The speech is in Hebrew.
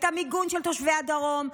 את המיגון של תושבי הדרום,